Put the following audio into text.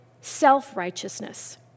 self-righteousness